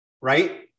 Right